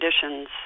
conditions